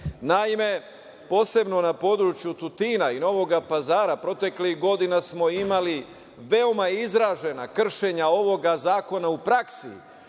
posebno na području Tutina i Novog Pazara proteklih godina smo imali veoma izražena kršenja ovog zakona u praksi